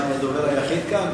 מה, אני הדובר היחיד כאן?